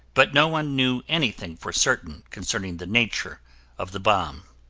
but no one knew anything for certain concerning the nature of the bomb.